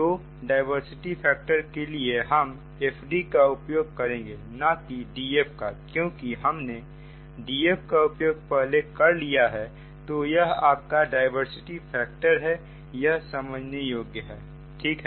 तो diversity factor के लिए हम FD का उपयोग करेंगे ना कि DF का क्योंकि हमने DF का उपयोग पहले कर लिया है तो यह आपका डायवर्सिटी फैक्टर है यह समझने योग्य है ठीक है